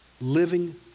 living